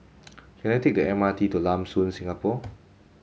can I take the M R T to Lam Soon Singapore